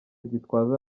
gitwaza